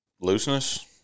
Looseness